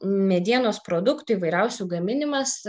medienos produktų įvairiausių gaminimas